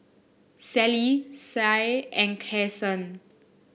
Sally Sie and Kason